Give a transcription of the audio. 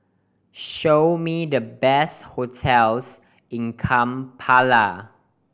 show me the best hotels in Kampala